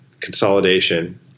consolidation